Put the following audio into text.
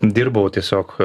dirbau tiesiog